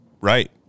Right